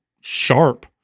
sharp